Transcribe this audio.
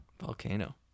volcano